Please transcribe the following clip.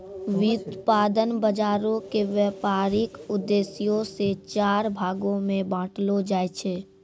व्युत्पादन बजारो के व्यपारिक उद्देश्यो से चार भागो मे बांटलो जाय छै